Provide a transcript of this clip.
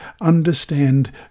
understand